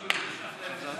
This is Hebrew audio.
נתקבל.